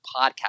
podcast